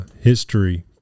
history